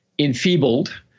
Enfeebled